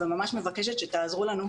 וממש מבקשת שתעזרו לנו,